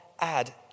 add